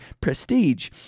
prestige